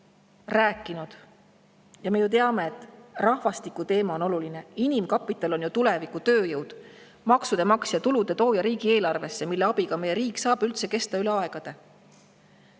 rääkinud. Ja me ju teame, et rahvastikuteema on oluline. Inimkapital on ju tuleviku tööjõud, maksude maksja, tulude tooja riigieelarvesse, tänu millele saab meie riik üldse kesta üle aegade.